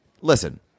Listen